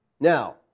Now